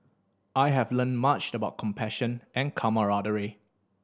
I have learned much about compassion and camaraderie